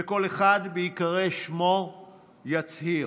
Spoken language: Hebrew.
וכל אחד בהיקרא שמו יצהיר: